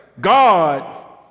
God